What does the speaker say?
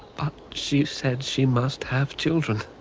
but she said she must have children.